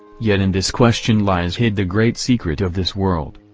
yet in this question lies hid the great secret of this world.